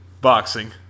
Boxing